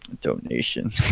donation